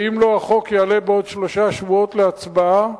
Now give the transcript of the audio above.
ואם לא, החוק יעלה בעוד שלושה שבועות להצבעה,